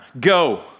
go